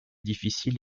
difficiles